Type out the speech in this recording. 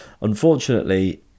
Unfortunately